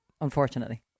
Unfortunately